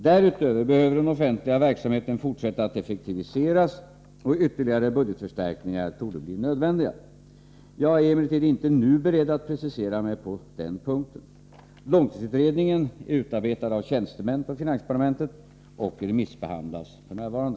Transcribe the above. Därutöver behöver den offentliga verksamheten fortsätta att effektiviseras, och ytterligare budgetförstärkningar torde bli nödvändiga. Jag är emellertid inte nu beredd att precisera mig på denna punkt. Långtidsutredningen är utarbetad av tjänstemän på finansdepartementet och remissbehandlas f.n.